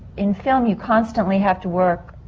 in film, you constantly have to work.